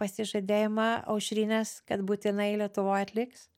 pasižadėjimą aušrinės kad būtinai lietuvoj atliks